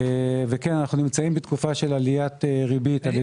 אנחנו נמצאים בתקופה של עליית ריבית.